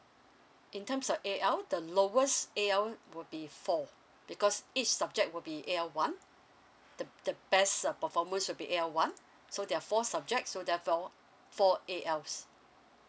in terms of A_L the lowest A_L would be four because each subject would be A_L one the the best uh performance would be A_L one so there are four subject so therefore four A_Ls